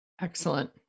Excellent